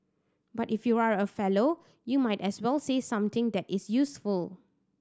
but if you are a fellow you might as well say something that is useful